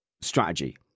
strategy